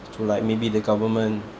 to like maybe the government